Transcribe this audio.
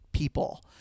people